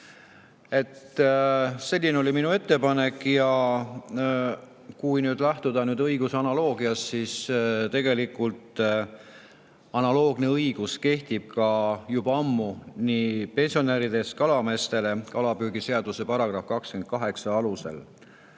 Selline oli minu ettepanek. Ja kui nüüd lähtuda õiguse analoogiast, siis tegelikult analoogne õigus kehtib juba ammu pensionäridest kalameestele kalapüügiseaduse § 28 alusel.